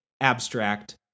abstract